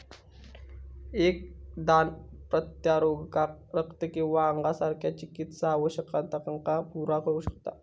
एक दान प्रत्यारोपणाक रक्त किंवा अंगासारख्या चिकित्सा आवश्यकतांका पुरा करू शकता